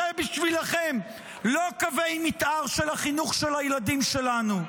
זה בשבילכם לא קווי מתאר של החינוך של הילדים שלנו.